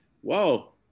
whoa